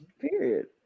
Period